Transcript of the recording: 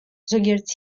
ზოგიერთ